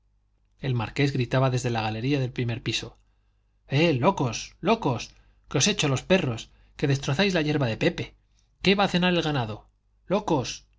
el marqués gritaba desde la galería del primer piso eh locos locos que os echo los perros que destrozáis la yerba de pepe qué va a cenar el ganado locos